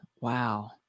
Wow